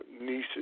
nieces